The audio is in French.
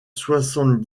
soixante